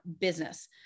business